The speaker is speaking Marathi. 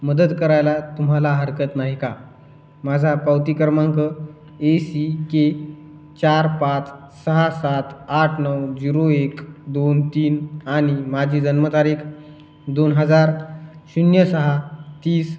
मदत करायला तुम्हाला हरकत नाही का माझा पावती क्रमांक ए सी के चार पाच सहा सात आठ नऊ झिरो एक दोन तीन आणि माझी जन्मतारीख दोन हजार शून्य सहा तीस